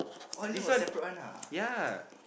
this one ya